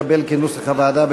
כהצעת הוועדה,